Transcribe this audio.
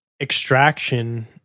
extraction